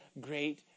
great